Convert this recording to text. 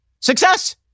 Success